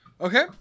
Okay